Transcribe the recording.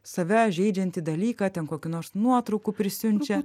save žeidžiantį dalyką ten kokių nors nuotraukų prisiunčia